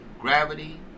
gravity